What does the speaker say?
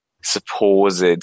supposed